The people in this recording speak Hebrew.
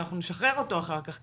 אנחנו נשחרר אותו אחר כך?